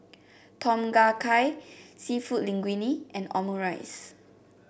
Tom Kha Gai seafood Linguine and Omurice